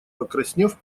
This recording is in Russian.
покраснев